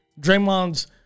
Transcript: Draymond's